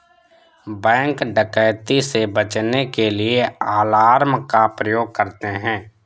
bank डकैती से बचने के लिए अलार्म का प्रयोग करते है